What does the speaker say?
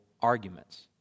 arguments